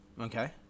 Okay